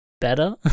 better